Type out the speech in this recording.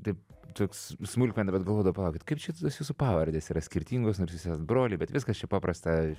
taip toks smulkmena bet galvoju palaukit kaip čia tos jūsų pavardės yra skirtingos nors jūs esat broliai bet viskas čia paprasta